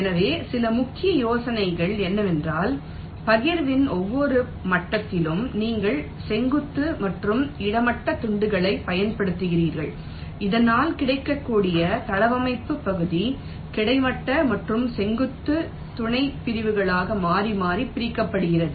எனவே சில முக்கிய யோசனைகள் என்னவென்றால் பகிர்வின் ஒவ்வொரு மட்டத்திலும் நீங்கள் செங்குத்து மற்றும் கிடைமட்ட துண்டுகளைப் பயன்படுத்துகிறீர்கள் இதனால் கிடைக்கக்கூடிய தளவமைப்பு பகுதி கிடைமட்ட மற்றும் செங்குத்து துணைப்பிரிவுகளாக மாறி மாறி பிரிக்கப்படுகிறது